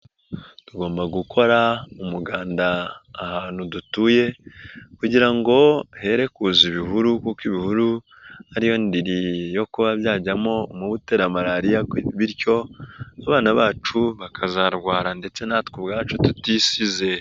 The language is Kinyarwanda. Tugomba gukora umuganda ahantu dutuye kugira ngo herekuza ibihuru kuko ibihuru ariyo ndiri yo kuba byajyamo mutera malariya bityo abana bacu bakazarwara ndetse natwe ubwacu tutisize.